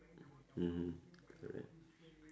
mmhmm correct